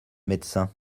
médecin